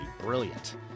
brilliant